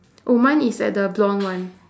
oh mine is at the blond one